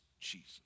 Jesus